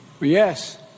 yes